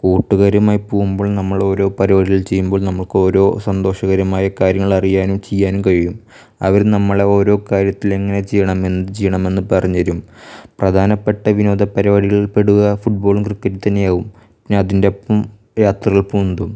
കൂട്ടുകാരുമായി പോവുമ്പോൾ നമ്മൾ ഓരോ പരിപാടികളും ചെയ്യുമ്പോൾ നമുക്ക് ഓരോ സന്തോഷകരമായ കാര്യങ്ങളറിയാനും ചെയ്യാനും കഴിയും അവർ നമ്മളെ ഓരോ കാര്യത്തിൽ എങ്ങനെ ചെയ്യണം എന്ത് ചെയ്യണം എന്ന് പറഞ്ഞ് തരും പ്രധാനപ്പെട്ട വിനോദ പരിപാടികളിൽ പെടുക ഫുട്ബോളും ക്രിക്കറ്റും തന്നെയാകും പിന്നെ അതിൻ്റെ ഒപ്പം യാത്രകൾ പോകുന്നതും